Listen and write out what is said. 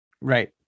Right